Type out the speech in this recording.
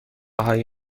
های